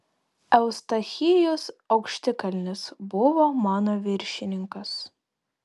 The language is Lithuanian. eustachijus aukštikalnis buvo mano viršininkas